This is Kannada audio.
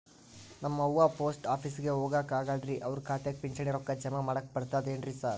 ನಮ್ ಅವ್ವ ಪೋಸ್ಟ್ ಆಫೇಸಿಗೆ ಹೋಗಾಕ ಆಗಲ್ರಿ ಅವ್ರ್ ಖಾತೆಗೆ ಪಿಂಚಣಿ ರೊಕ್ಕ ಜಮಾ ಮಾಡಾಕ ಬರ್ತಾದೇನ್ರಿ ಸಾರ್?